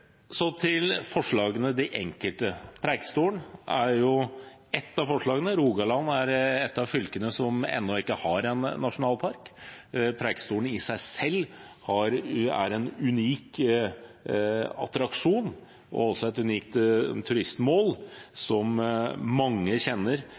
Så til de enkelte forslagene. Preikestolen er ett av forslagene. Rogaland er et av fylkene som ennå ikke har en nasjonalpark. Preikestolen er i seg selv en unik attraksjon og et unikt turistmål